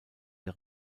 der